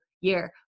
year